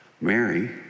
Mary